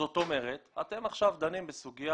זאת אומרת, אתם עכשיו דנים בסוגיה